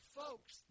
folks